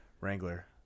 Wrangler